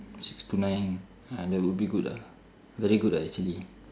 six to nine ah that would be good lah very good ah actually